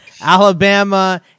Alabama